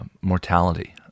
mortality